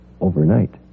overnight